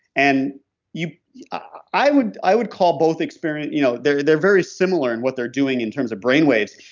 and yeah ah i would i would call both experiences, you know they're they're very similar in what they're doing in terms of brain waves.